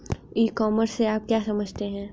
ई commerce से आप क्या समझते हो?